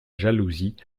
jalousie